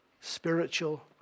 spiritual